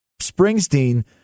Springsteen